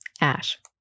Ash